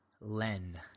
Len